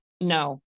no